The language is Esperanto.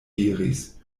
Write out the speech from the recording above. diris